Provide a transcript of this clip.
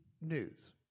news